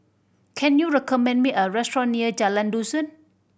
can you recommend me a restaurant near Jalan Dusun